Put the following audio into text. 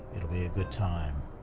it'll be a good time.